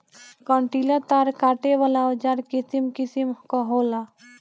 कंटीला तार काटे वाला औज़ार किसिम किसिम कअ होला